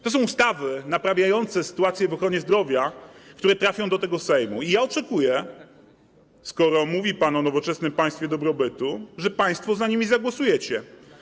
To są ustawy naprawiające sytuację w ochronie zdrowia, które trafią do tego Sejmu, i oczekuję, skoro mówi pan o nowoczesnym państwie dobrobytu, że państwo za nimi zagłosujecie.